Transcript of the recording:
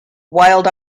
wild